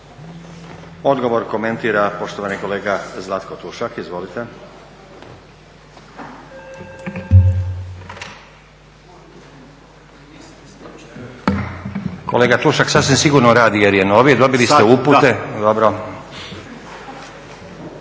Odgovor komentira, poštovani kolega Zlatko Tušak. Izvolite. Kolega Tušak, sasvim sigurno radi jer je novi, dobili ste upute. Dobro.